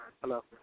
Hello